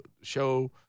show